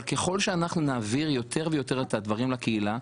אבל ככל שנעביר יותר ויותר את הדברים לקהילה,